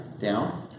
down